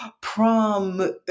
prom